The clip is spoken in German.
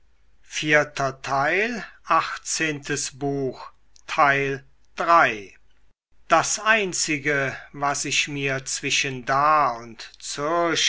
das einzige was ich mir zwischen da und